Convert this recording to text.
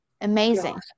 Amazing